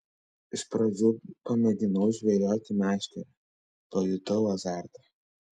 iš pradžių pamėginau žvejoti meškere pajutau azartą